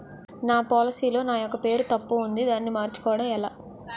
నా పోలసీ లో నా యెక్క పేరు తప్పు ఉంది దానిని మార్చు కోవటం ఎలా?